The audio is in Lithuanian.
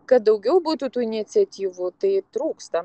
kad daugiau būtų tų iniciatyvų tai trūksta